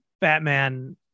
batman